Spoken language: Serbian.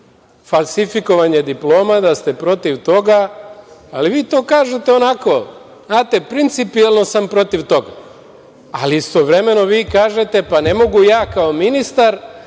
falsifikovanje diploma i da ste protiv toga, ali vi to kaže onako, znate principijelno sam protiv toga, ali istovremeno vi kažete – ne mogu ja kao ministar